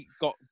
got